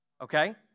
Okay